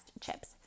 chips